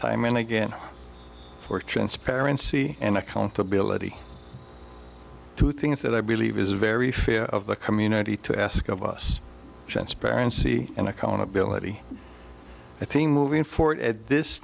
time and again for transparency and accountability to things that i believe is very fair of the community to ask of us transparency and accountability i think moving forward at this